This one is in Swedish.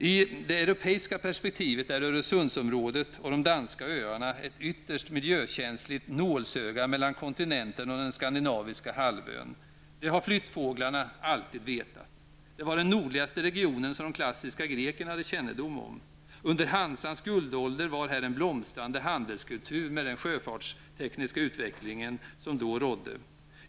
I de europeiska perspektivet är Öresundsområdet och de danska öarna ett ytterst miljökänsligt nålsöga mellan kontinenten och den skandinaviska halvön. Det har flyttfåglarna alltid vetat. Det var den nordligaste regionen som de klassiska grekerna hade kännedom om. Under Hansans guldålder var här en blomstrande handelskultur med den sjöfartstekniska utveckling som då rådde.